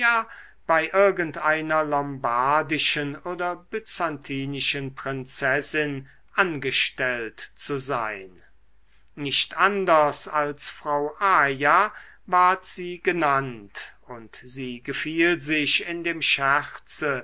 bei irgend einer lombardischen oder byzantinischen prinzessin angestellt zu sein nicht anders als frau aja ward sie genannt und sie gefiel sich in dem